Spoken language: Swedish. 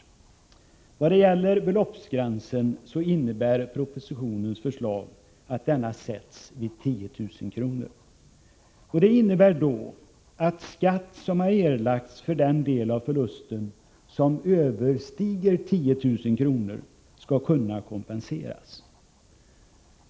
I vad gäller beloppsgränsen innebär propositionens förslag att denna sätts vid 10 000 kr. Det betyder att skatt som har erlagts för den del av förlusten som överstiger 10 000 kr. skall kunna kompenseras.